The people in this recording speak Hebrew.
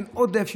כשאין עודף,